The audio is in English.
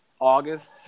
august